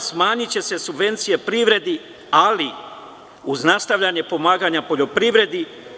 smanjiće se subvencije privredi, ali uz nastavljanje pomaganja poljoprivredi.